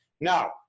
Now